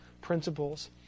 principles